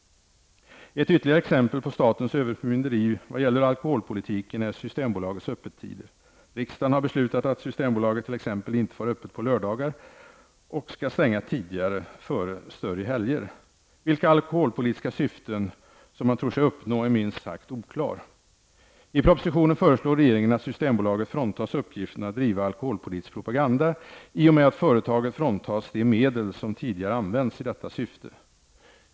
Ett ytterligare exempel på statens överförmynderi vad gäller alkoholpolitiken är Systembolagets öppettider. Riksdagen har beslutat att Systembolaget t.ex. inte får ha öppet på lördagar och skall stänga tidigare före större helger. Vilka alkoholpolitiska syften som man tror sig uppnå är minst sagt oklart. Systembolaget fråntas uppgiften att driva alkoholpolitisk propaganda i och med att företaget fråntas de medel som tidigare använts i detta syfte.